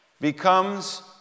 becomes